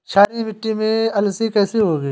क्षारीय मिट्टी में अलसी कैसे होगी?